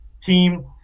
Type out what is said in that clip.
team